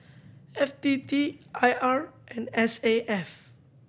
F T T I R and S A F